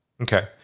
Okay